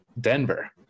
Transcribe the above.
Denver